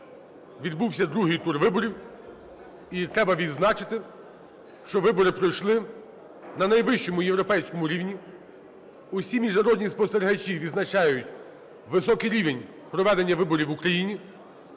відбувся другий тур виборів, і треба відзначити, що вибори пройшли на найвищому європейському рівні, усі міжнародні спостерігачі відзначають високий рівень проведення виборів в Україні.